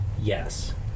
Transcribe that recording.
Yes